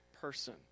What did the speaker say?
person